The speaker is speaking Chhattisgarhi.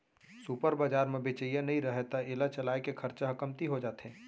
सुपर बजार म बेचइया नइ रहय त एला चलाए के खरचा ह कमती हो जाथे